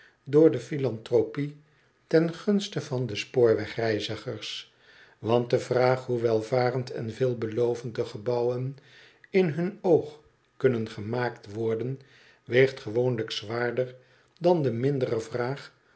door de philanthropie ten gunste van de spoorwegreizigers want de vraag hoe welvarend en veelbelovend de gebouwen in hun oog kunnen gemaakt worden weegt gewoonlijk zwaarder dan de mindere vraag